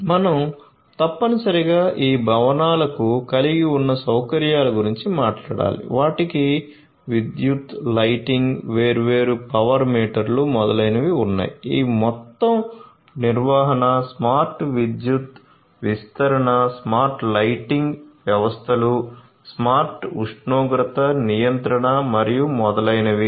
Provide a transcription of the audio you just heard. మనం తప్పనిసరిగా ఈ భవనాలకు కలిగి ఉన్న సౌకర్యాల గురించి మాట్లాడాలి వాటికీ విద్యుత్ లైటింగ్ వేర్వేరు పవర్ మీటర్లు మొదలైనవి ఉన్నాయి ఈ మొత్తం నిర్వహణ స్మార్ట్ విద్యుత్ విస్తరణ స్మార్ట్ లైటింగ్ వ్యవస్థలు స్మార్ట్ ఉష్ణోగ్రత నియంత్రణ మరియు మొదలైనవి